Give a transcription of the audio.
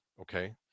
okay